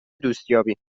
دوستیابی